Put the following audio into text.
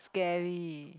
scary